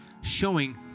showing